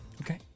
Okay